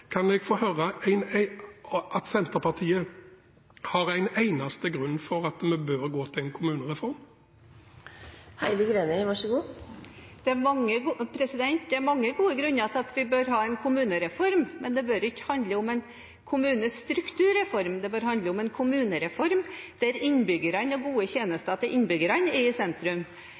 Kan jeg få høre at Senterpartiet har en eneste grunn for at vi bør gå til en kommunereform? Det er mange gode grunner til at vi bør ha en kommunereform, men den bør ikke handle om kommunestruktur. Det bør handle om en kommunereform der innbyggerne og gode tjenester til innbyggerne er